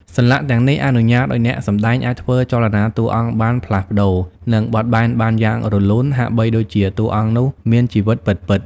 សន្លាក់ទាំងនេះអនុញ្ញាតឲ្យអ្នកសម្ដែងអាចធ្វើចលនាតួអង្គបានផ្លាស់ប្ដូរ និងបត់បែនបានយ៉ាងរលូន ហាក់បីដូចជាតួអង្គនោះមានជីវិតពិតៗ។